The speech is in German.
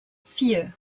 vier